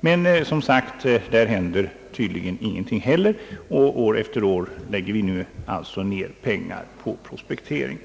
på det området händer det tydligen någonting, utan vi lägger år efter år ned pengar enbart på denna form av »prospektering«.